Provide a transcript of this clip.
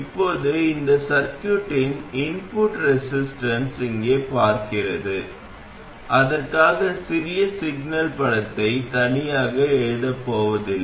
இப்போது இந்த சர்க்யூட்டின் இன்புட் ரெசிஸ்டன்ஸ் இங்கே பார்க்கிறது அதற்காக சிறிய சிக்னல் படத்தை தனியாக எழுதப் போவதில்லை